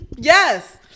Yes